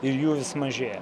ir jų vis mažėja